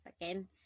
again